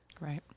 Right